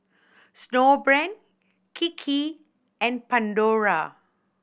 Snowbrand Kiki and Pandora